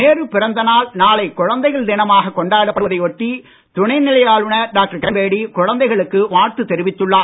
நேர பிறந்த நாள் நாளை குழந்தைகள் தினமாக கொண்டாடப்படுவதை ஒட்டி துணைநிலை ஆளுநர் டாக்டர் கிரண்பேடி குழந்தைகளுக்கு வாழ்த்து தெரிவித்துள்ளார்